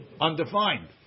undefined